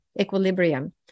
equilibrium